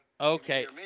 Okay